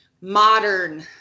modern